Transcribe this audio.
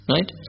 Right